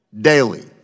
daily